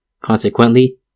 Consequently